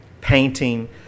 painting